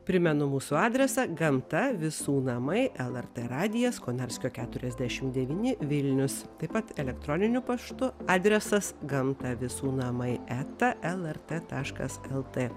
primenu mūsų adresą gamta visų namai lrt radijas konarskio keturiasdešim devyni vilnius taip pat elektroniniu paštu adresas gamta visų namai eta lrt taškas lt